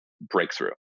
breakthrough